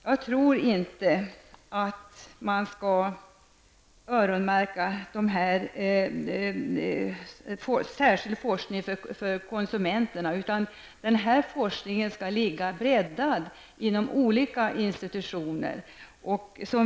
Jag tror inte att man skall öronmärka medel för särskild forskning för konsumenterna. Den forskningen skall i stället finnas breddad inom olika institutioner.